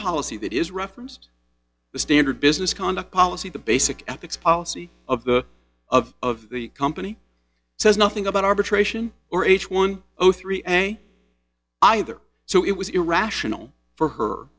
policy that is referenced the standard business conduct policy the basic ethics policy of the of the company says nothing about arbitration or h one over three and either so it was irrational for her